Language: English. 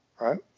Right